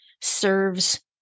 serves